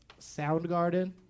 Soundgarden